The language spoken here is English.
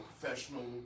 Professional